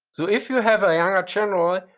so, if you have a younger ah general, ah